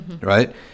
right